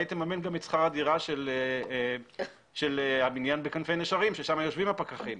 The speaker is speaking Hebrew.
תממן גם את שכר הדירה של הבניין בכנפי נשרים ששמה יושבים הפקחים,